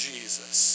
Jesus